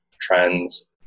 trends